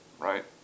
right